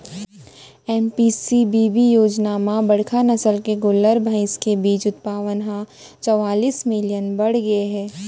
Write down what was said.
NPCBB योजना म बड़का नसल के गोल्लर, भईंस के बीज उत्पाउन ह चवालिस मिलियन बाड़गे गए हे